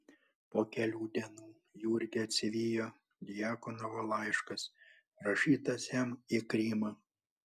po kelių dienų jurgį atsivijo djakonovo laiškas rašytas jam į krymą